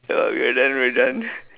uh we're done we're done